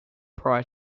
prior